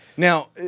Now